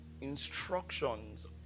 instructions